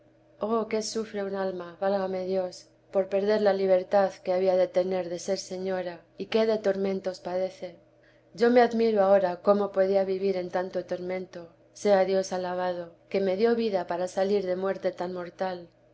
oh qué sufre un alma válame dios por perder la libertad que había de tener de ser señora y qué de tormentos padece yo me admiro ahora cómo podía vivir en tanto tormento sea dios alabado que me dio vida para salir de muerte tan mortal